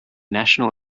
national